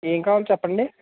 ఏం కావాలి చెప్పండి